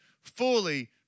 fully